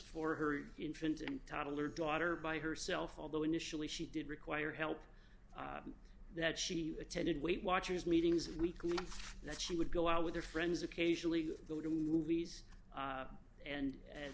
for her infant and toddler daughter by herself although initially she did require help that she attended weight watchers meetings weekly that she would go out with her friends occasionally go to movies and